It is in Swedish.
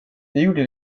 gjorde